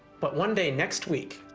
but one day next week.